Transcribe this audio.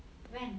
where